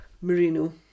Merino